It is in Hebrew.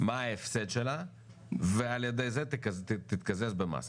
מה ההפסד שלה ועל ידי זה תתקזז במס,